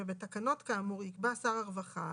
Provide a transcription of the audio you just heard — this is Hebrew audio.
בתקנות כאמור יקבע שר הרווחה